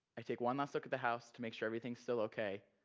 i take one last look at the house to make sure everything's still okay,